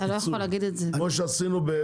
כמו שעשינו ביבוא.